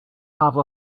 have